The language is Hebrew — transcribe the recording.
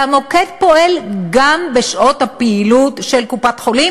והמוקד פועל גם בשעות הפעילות של קופות-החולים.